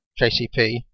JCP